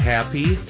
Happy